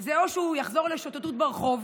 זה או שהוא יחזור לשוטטות ברחוב,